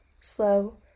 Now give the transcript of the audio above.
slow